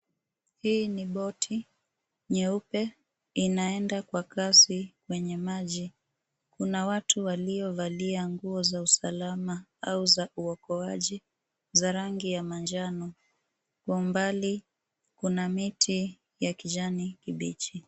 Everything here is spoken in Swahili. Hii ni boti nyeupe iaenda kwa kasi kwenye maji. Kuna watu waliovalia nguo za usalama au za uokoaji za rangi ya manjano. Kwa mbali kuna miti ya kijani kibichi.